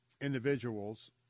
individuals